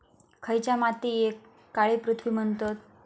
खयच्या मातीयेक काळी पृथ्वी म्हणतत?